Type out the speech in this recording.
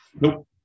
Nope